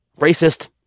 Racist